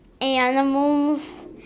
animals